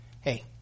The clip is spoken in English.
hey